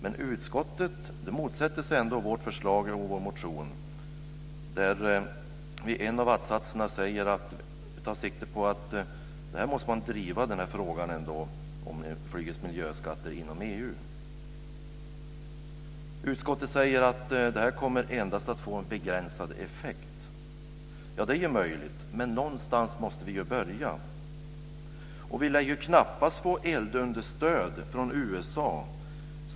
Men utskottet motsätter sig ändå vårt förslag i vår motion, där en av att-satserna tar sikte på att man måste driva frågan om miljöskatter på flyget inom EU. Utskottet säger att detta endast kommer att få en begränsad effekt. Ja, det är möjligt, men någonstans måste vi ju börja. Vi lär knappast få eldunderstöd från USA.